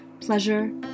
Pleasure